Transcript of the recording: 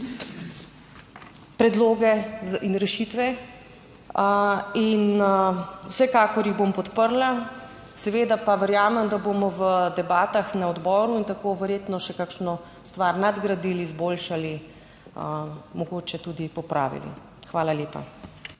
predloge in rešitve in vsekakor jih bom podprla. Seveda pa verjamem, da bomo v debatah na odboru in tako verjetno še kakšno stvar nadgradili, izboljšali, mogoče tudi popravili. Hvala lepa.